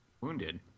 Wounded